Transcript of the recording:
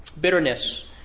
Bitterness